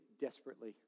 desperately